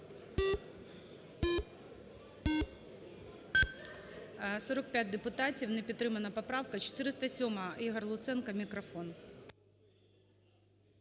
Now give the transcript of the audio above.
45 депутатів. Не підтримана поправка. 407-а. Ігор Луценко. Мікрофон.